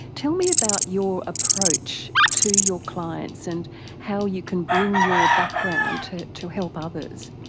tell me about your approach to your clients and how you can bring your background to to help others.